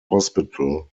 hospital